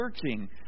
searching